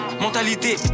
mentalité